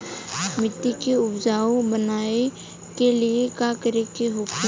मिट्टी के उपजाऊ बनाने के लिए का करके होखेला?